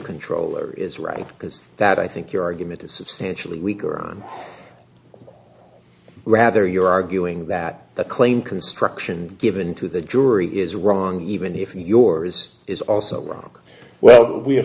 controller is right because that i think your argument is substantially weaker on rather you're arguing that the claim construction given to the jury is wrong even if yours is also wrong well we are